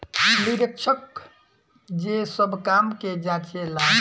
निरीक्षक जे सब काम के जांचे ला